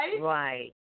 right